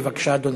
בבקשה, אדוני.